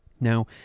Now